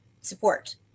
support